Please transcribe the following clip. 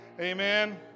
Amen